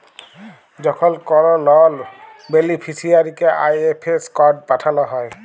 যখল কল লল বেলিফিসিয়ারিকে আই.এফ.এস কড পাঠাল হ্যয়